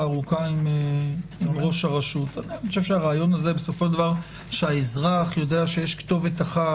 ארוכה עם ראש הרשות שהאזרח יודע שיש כתובת אחת,